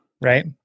Right